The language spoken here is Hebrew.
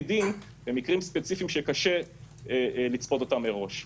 דין במקרים ספציפיים שקשה לצפות אותם מראש.